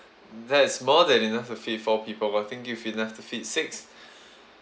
that's more than enough to feed four people I think you've enough to feed six